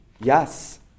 Yes